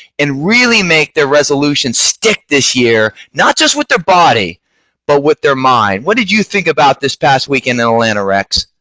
and really make their resolution stick this year. not just with their body but with their mind. what did you think about this past weekend in atlanta, rex?